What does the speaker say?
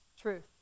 truth